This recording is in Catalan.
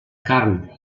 carn